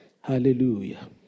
Hallelujah